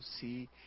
see